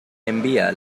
envía